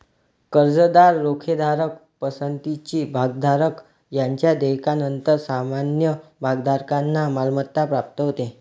कर्जदार, रोखेधारक, पसंतीचे भागधारक यांच्या देयकानंतर सामान्य भागधारकांना मालमत्ता प्राप्त होते